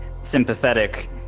sympathetic